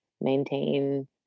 maintain